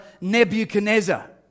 Nebuchadnezzar